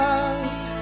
out